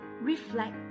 reflect